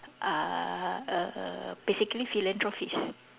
uh err err basically philanthropist